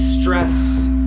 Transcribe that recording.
stress